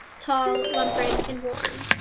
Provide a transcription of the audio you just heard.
tall, lumbering, and warm.